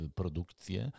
produkcję